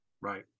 Right